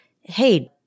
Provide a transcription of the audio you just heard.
hey